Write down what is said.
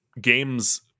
games